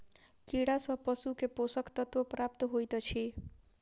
कीड़ा सँ पशु के पोषक तत्व प्राप्त होइत अछि